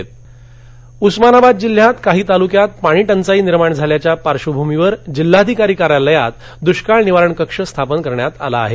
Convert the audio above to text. उस्मानाबादः उस्मानाबाद जिल्ह्यात काही तालुक्यात पाणीटंचाई निर्माण झाल्याच्या पार्श्वभूमीवर जिल्हाधिकारी कार्यालयात दुष्काळ निवारण कक्ष स्थापन करण्यात आला आहे